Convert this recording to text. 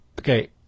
Okay